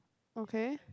okay